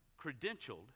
credentialed